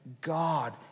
God